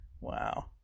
Wow